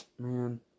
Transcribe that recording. Man